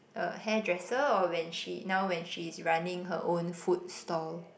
a hairdresser or when she now when she's running her own food stall